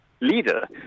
leader